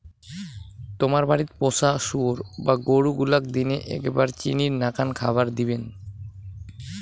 তোমার বাড়িত পোষা শুয়োর বা গরু গুলাক দিনে এ্যাকবার চিনির নাকান খাবার দিবেন